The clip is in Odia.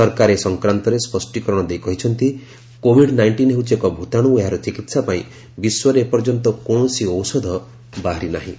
ସରକାର ଏ ସଂକ୍ରାନ୍ତରେ ସ୍ୱଷ୍ଟିକରଣ ଦେଇ କହିଛନ୍ତି କୋଭିଡ୍ ନାଇଷ୍ଟିନ୍ ହେଉଛି ଏକ ଭୂତାଣୁ ଓ ଏହାର ଚିକିତ୍ସା ପାଇଁ ବିଶ୍ୱରେ ଏ ପର୍ଯ୍ୟନ୍ତ କୌଣସି ଔଷଧ ବାହାରି ନାହିଁ